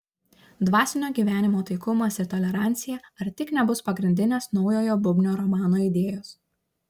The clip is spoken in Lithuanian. dvasinio gyvenimo taikumas ir tolerancija ar tik nebus pagrindinės naujojo bubnio romano idėjos